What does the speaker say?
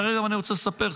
אני רוצה לספר לך,